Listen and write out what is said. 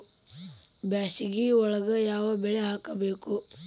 ಬ್ಯಾಸಗಿ ಒಳಗ ಯಾವ ಬೆಳಿ ಹಾಕಬೇಕು?